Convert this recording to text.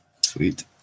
sweet